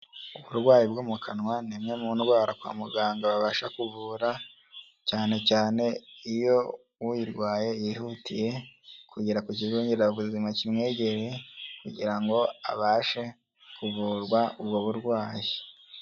Uburwayi bwo mu kanwa ni imwe mu ndwara kwa muganga babasha kuvura, cyane cyane iyo uyirwaye yihutiye kugera ku kigo nderabuzima kimwegereye kugira ngo abashe kuvurwa ubwo burwayi.